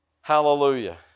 hallelujah